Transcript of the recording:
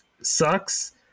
sucks